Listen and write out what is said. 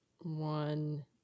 one